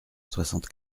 soixante